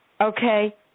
okay